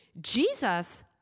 Jesus